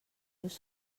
los